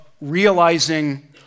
realizing